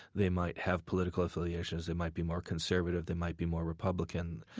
they might have political affiliations. they might be more conservative. they might be more republican.